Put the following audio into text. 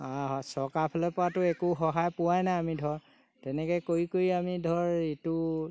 চৰকাৰ ফালৰ পৰাটো একো সহায় পোৱাই নাই আমি ধৰ তেনেকৈ কৰি কৰি আমি ধৰ ইটো